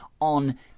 on